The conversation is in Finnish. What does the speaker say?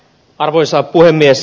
arvoisa puhemies